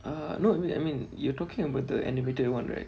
uh no I mean I mean you're talking about the animated [one] right